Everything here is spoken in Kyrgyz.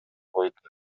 койду